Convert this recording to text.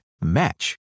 match